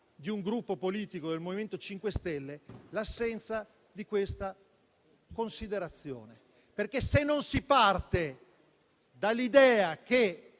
di un Gruppo politico, il MoVimento 5 Stelle, di questa considerazione, perché se non si parte dall'idea che